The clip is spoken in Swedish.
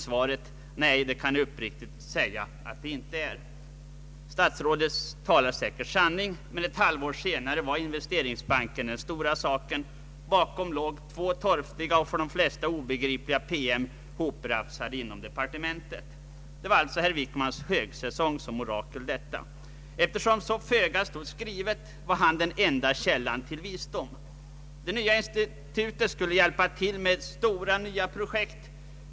Statsrådet svarade: ”Nej, det kan jag uppriktigt säga att det inte är.” Statsrådet talade säkert sanning, men ett halvår senare var Investeringsbanken den stora saken. Bakom låg två torftiga och för de flesta obegripliga PM, hoprafsade inom departementet. Detta var alltså herr Wickmans högsäsong som orakel. Eftersom så föga stod skrivet var han den enda källan till visdom. Det nya institutet skulle hjälpa till med nya stora projekt.